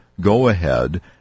go-ahead